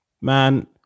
man